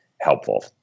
helpful